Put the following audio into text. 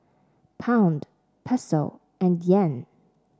Pound Peso and Yen